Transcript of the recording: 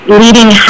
leading